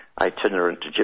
itinerant